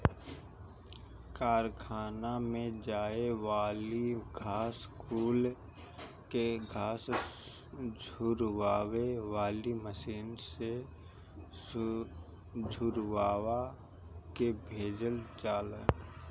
कारखाना में जाए वाली घास कुल के घास झुरवावे वाली मशीन से झुरवा के भेजल जाला